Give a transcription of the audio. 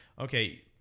Okay